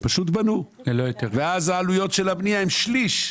פשוט בנו, ואז העלויות של הבנייה הן שליש.